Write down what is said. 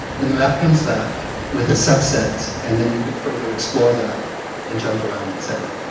and the map comes back with a subset and then you could further explore that and jump around etc.